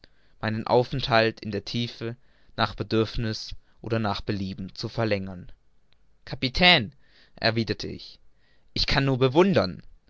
meinen aufenthalt in der tiefe nach bedürfniß oder nach belieben zu verlängern kapitän erwiderte ich ich kann nur bewundern